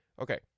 Okay